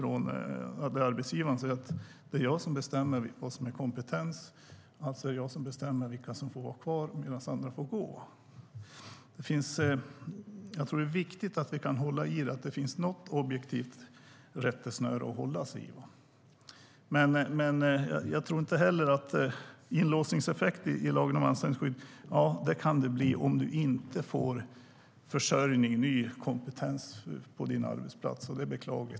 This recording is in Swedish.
En arbetsgivare ska inte kunna säga: Det är jag som bestämmer vad som är kompetens. Alltså är det jag som bestämmer vilka som får vara kvar medan andra får gå. Jag tror att det kan bli en inlåsningseffekt på grund av lagen om anställningsskydd om man inte får försörjning, ny kompetens, på sin arbetsplats. Det är beklagligt.